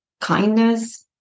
kindness